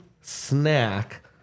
snack